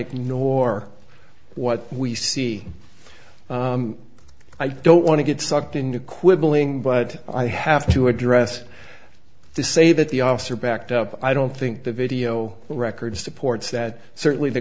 ignore what we see i don't want to get sucked into quibbling but i have to address to say that the officer backed up i don't think the video record supports that certainly the